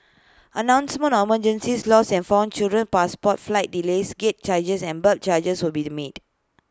announcements on emergencies lost and found children passports flight delays gate changes and belt changes will still be made